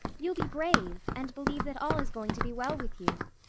you'll be brave, and believe that all is going to be well with you.